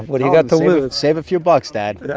what do you got to lose? save a few bucks, dad.